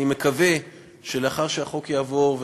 אני מקווה שלאחר שהחוק יעבור,